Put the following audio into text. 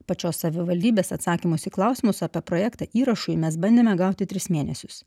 pačios savivaldybės atsakymus į klausimus apie projektą įrašui mes bandėme gauti tris mėnesius